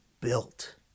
built